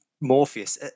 Morpheus